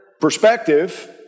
perspective